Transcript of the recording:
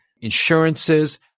insurances